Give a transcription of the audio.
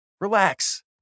Relax